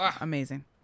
Amazing